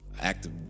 active